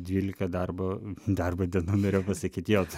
dvylika darbo darbo dienų norėjau pasakyt jot